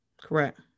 correct